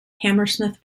hammersmith